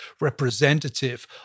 representative